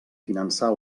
finançar